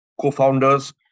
co-founders